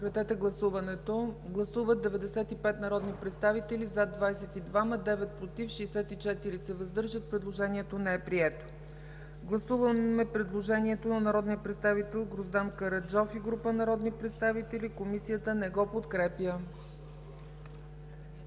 предложение. Гласували 95 народни представители: за 22, против 9, въздържали се 64. Предложението не е прието. Гласуваме предложението на народния представител Гроздан Караджов и група народни представители. Комисията не подкрепя